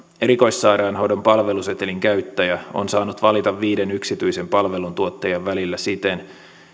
erikoissairaanhoidon palvelusetelin käyttäjä on saanut valita viiden yksityisen palveluntuottajan välillä siten